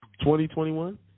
2021